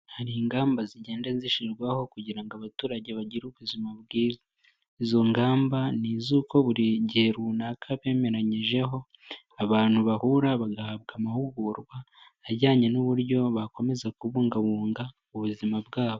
Hari ingamba zigenda zishirwaho kugira ngo abaturage bagire ubuzima bwiza, izo ngamba ni iz'uko buri gihe runaka bemeranyijeho abantu bahura bagahabwa amahugurwa ajyanye n'uburyo bakomeza kubungabunga ubuzima bwabo.